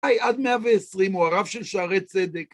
היי, עד 120 הוא הרב של שערי צדק.